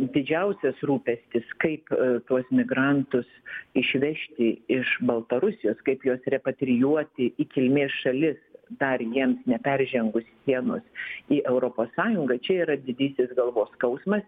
didžiausias rūpestis kaip tuos migrantus išvežti iš baltarusijos kaip juos repatrijuoti į kilmės šalis dar jiems neperžengus sienos į europos sąjungą čia yra didysis galvos skausmas